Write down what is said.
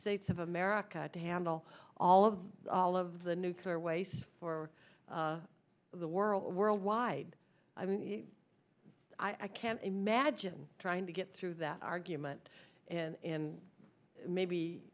states of america to handle all of all of the nuclear waste for the world worldwide i mean i can imagine trying to get through that argument and maybe